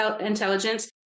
intelligence